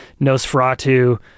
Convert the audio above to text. Nosferatu